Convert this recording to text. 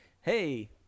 hey